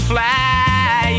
Fly